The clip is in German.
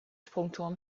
sprungturm